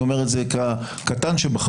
אני אומר את זה כקטן שבחבורה.